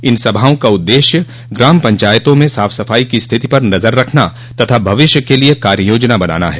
इन सभाओं का उद्देश्य ग्राम पंचायतों में साफ सफाई की स्थिति पर नज़र रखना तथा भविष्य के लिए कार्य योजना बनाना है